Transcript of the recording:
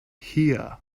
hear